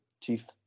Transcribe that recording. chief